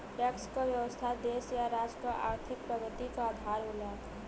tax क व्यवस्था देश या राज्य क आर्थिक प्रगति क आधार होला